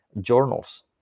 journals